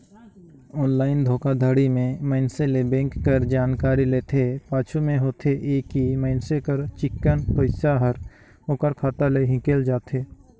online धोखाघड़ी में मइनसे ले बेंक कर जानकारी लेथे, पाछू में होथे ए कि मइनसे कर चिक्कन पइसा हर ओकर खाता ले हिंकेल जाथे